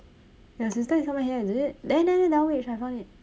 your sister is somewhere here is it there there there dulwich I found it